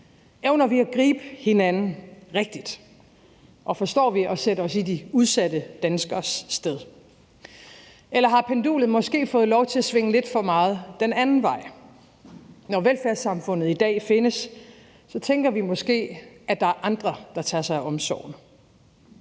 Evner vi at gribe hinanden rigtigt, og forstår vi at sætte os i de udsatte danskeres sted? Eller har pendulet måske fået lov til at svinge lidt for meget den anden vej? Når velfærdssamfundet i dag findes, tænker vi måske, at der er andre, der tager sig af omsorgen.